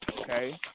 Okay